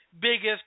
biggest